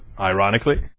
ironically